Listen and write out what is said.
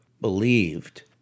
believed